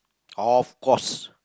of course